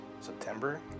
September